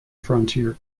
frontier